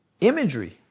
imagery